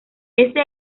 este